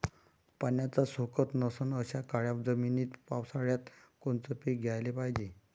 पाण्याचा सोकत नसन अशा काळ्या जमिनीत पावसाळ्यात कोनचं पीक घ्याले पायजे?